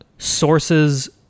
sources